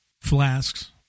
Flasks